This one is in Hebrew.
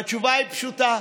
והתשובה היא פשוטה: